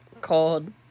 called